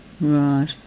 Right